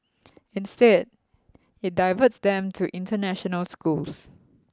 instead it diverts them to international schools